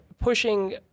pushing